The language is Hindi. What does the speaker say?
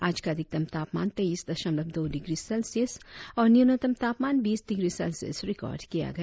आज का अधिकतम तापमान तेइस दशमलव दो डिग्री सेल्सियस और न्यूनतम तापमान बीस डिग्री सेल्सियस रिकार्ड किया गया